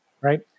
right